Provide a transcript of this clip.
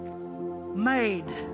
made